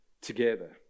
together